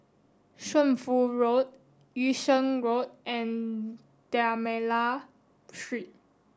Shunfu Road Yung Sheng Road and D'almeida Street